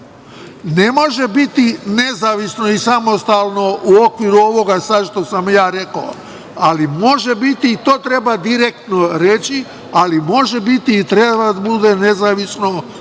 ne može biti nezavisno i samostalno u okviru ovoga što sam ja rekao, ali može biti i to treba direktno reći, može biti i treba da bude nezavisno